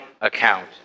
account